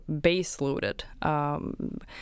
base-loaded